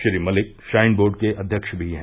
Shri Malik shrine board के अध्यक्ष भी हैं